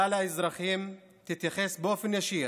כלל האזרחים, תתייחס באופן ישיר,